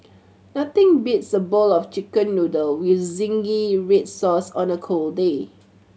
nothing beats a bowl of Chicken Noodle with zingy red sauce on a cold day